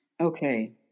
Okay